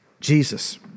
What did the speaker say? Jesus